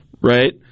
right